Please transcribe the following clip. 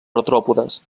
artròpodes